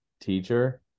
teacher